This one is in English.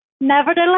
Nevertheless